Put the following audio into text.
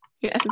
Yes